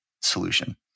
solution